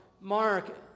Mark